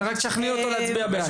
את רק תשכנעי אותו להצביע בעד.